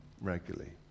regularly